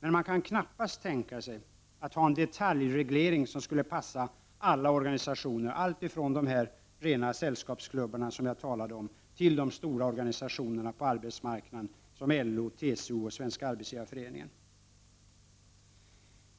men man kan knappast tänka sig att ha en detaljreglering som skulle passa alla organisationer, alltifrån rena sällskapsklubbar till de stora organisationerna på arbetsmarknaden som LO, TCO och Svenska arbetsgivareföreningen.